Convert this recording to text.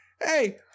Hey